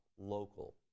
local